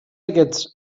aquests